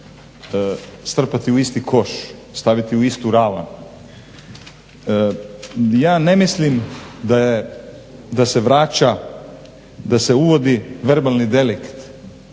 strpati u isti koš, staviti u istu ravan. Ja ne mislim da se vraća, da se uvodi verbalni delikt